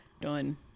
Done